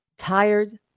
tired